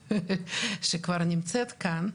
שכבר נמצאת כאן.